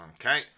Okay